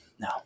No